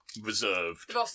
reserved